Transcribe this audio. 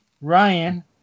Ryan